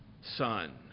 son